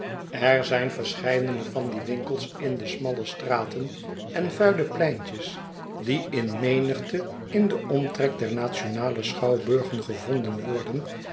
er zijn verscheidene van die winkels in de smalle straten en vuile pleintjes die in menigte in den omtrek der nationale schouwburgen gevonden worden